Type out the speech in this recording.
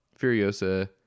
Furiosa